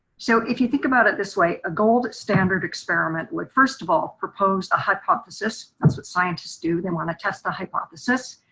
so if you think about it this way, a gold standard experiment will like first of all proposed a hypothesis, that's what scientists do. they wanna test the hypothesis,